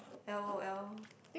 l_o_l